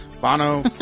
Bono